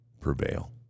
prevail